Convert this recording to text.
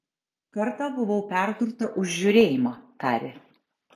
kartą buvau perdurta už žiūrėjimą tarė